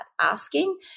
asking